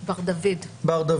בר דוד.